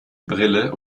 brille